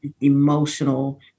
emotional